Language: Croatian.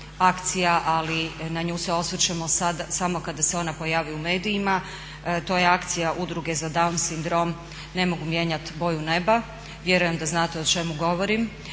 akcija ali na nju se osvrćemo samo kada se ona pojavi u medijima, to je akcija Udruge za down sindrom "Ne mogu mijenjati boju neba". Vjerujem da znate o čemu govorim.